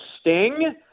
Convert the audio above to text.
sting